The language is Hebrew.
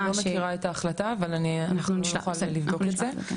אני לא מכירה את ההחלטה, אבל אנחנו נבדוק את זה.